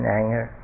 anger